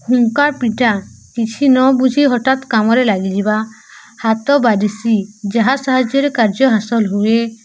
ହୁଙ୍କା ପିଟା କିଛି ନ ବୁଝି ହଠାତ କାମରେ ଲାଗିଯିବା ହାତ ବାରସି ଯାହା ସାହାଯ୍ୟରେ କାର୍ଯ୍ୟ ହାସଲ ହୁଏ